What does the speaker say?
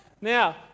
Now